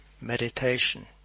meditation